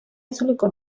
itzuliko